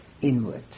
inward